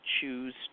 choose